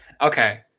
Okay